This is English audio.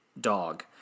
dog